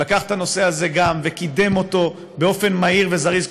שלקח את הנושא הזה וקידם אותו באופן מהיר וזריז,